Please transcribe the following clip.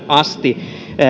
asti